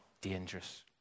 dangerous